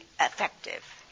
effective